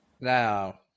now